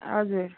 हजुर